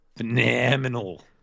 Phenomenal